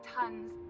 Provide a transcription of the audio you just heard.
tons